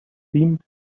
seemed